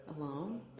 alone